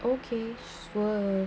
okay sure